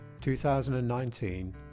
2019